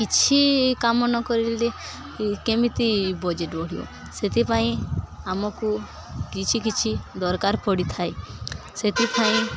କିଛି କାମ ନକଲେ କେମିତି ବଜେଟ୍ ବଢ଼ିବ ସେଥିପାଇଁ ଆମକୁ କିଛି କିଛି ଦରକାର ପଡ଼ିଥାଏ ସେଥିପାଇଁ